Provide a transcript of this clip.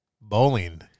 bowling